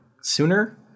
sooner